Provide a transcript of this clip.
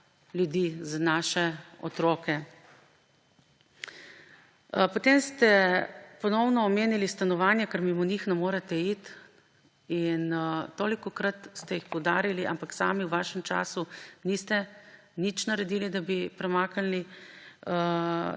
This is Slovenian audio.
ljudi, za naše otroke. Ponovno ste omenili stanovanja, ker mimo njih ne morete iti. Tolikokrat ste jih poudarjali, ampak sami v svojem času niste nič naredili, da bi premaknili